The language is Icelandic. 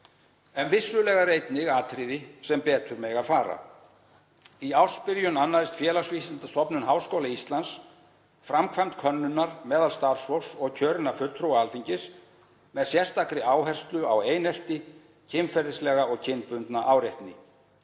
En vissulega eru einnig atriði sem betur mega fara. Í ársbyrjun annaðist Félagsvísindastofnun Háskóla Íslands framkvæmd könnunar meðal starfsfólks og kjörinna fulltrúa Alþingis með sérstakri áherslu á einelti, kynferðislega og kynbundna áreitni.